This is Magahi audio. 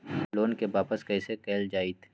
लोन के वापस कैसे कैल जतय?